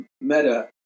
meta